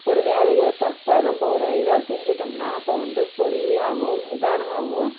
ஒரு வேலையை தப்பாக நம்ப ஒரு இதாக செஞ்சுட்டொம்னா அப்போ வந்து பொறுமையாகவும் நிதானமாகவும்